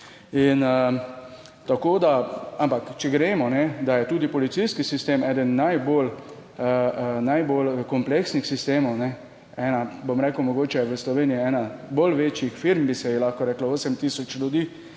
če gremo, da je tudi policijski sistem eden najbolj kompleksnih sistemov, ne ena, bom rekel mogoče je v Sloveniji ena bolj večjih firm, bi se ji lahko reklo 8000 ljudi,